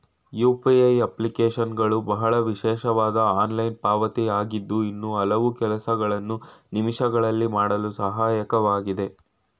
UPA ಅಪ್ಲಿಕೇಶನ್ಗಳು ಬಹಳ ವಿಶೇಷವಾದ ಆನ್ಲೈನ್ ಪಾವತಿ ಆಗಿದ್ದು ಇನ್ನೂ ಹಲವು ಕೆಲಸಗಳನ್ನು ನಿಮಿಷಗಳಲ್ಲಿ ಮಾಡಲು ಸಹಾಯಕವಾಗಿದೆ